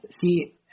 see